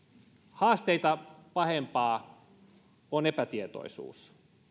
haasteita pahempaa on epätietoisuus